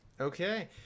Okay